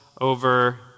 Over